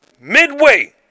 Midway